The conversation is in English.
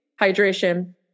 hydration